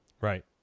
Right